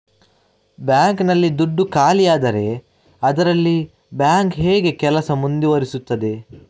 Bank ನಲ್ಲಿ ದುಡ್ಡು ಖಾಲಿಯಾದರೆ ಅದರಲ್ಲಿ ಬ್ಯಾಂಕ್ ಹೇಗೆ ಕೆಲಸ ಮುಂದುವರಿಸುತ್ತದೆ?